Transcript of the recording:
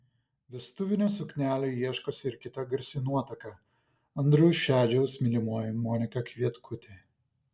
vestuvinių suknelių ieškosi ir kita garsi nuotaka andriaus šedžiaus mylimoji monika kvietkutė